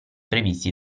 previsti